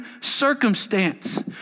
circumstance